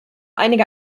einige